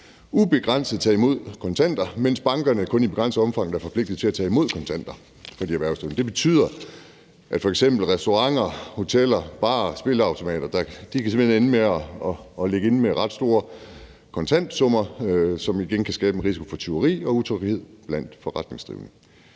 ubegrænset tage imod kontanter, mens banker kun i begrænset omfang er forpligtet til at tage imod kontanter fra de erhvervsdrivende. Det betyder, at f.eks. restauranter, hoteller, barer, spilleautomathaller simpelt hen kan ende med at ligge inde med ret store kontantsummer, hvilket igen kan skabe risiko for tyveri og utryghed blandt forretningsdrivende.